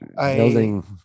building